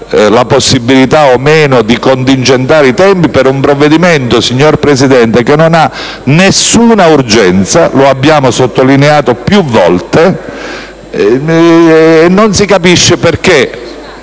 la possibilità di contingentare i tempi. Si tratta di un provvedimento, signor Presidente, che non ha nessuna urgenza, lo abbiamo sottolineato più volte, e non si capisce perché,